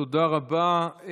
תודה רבה.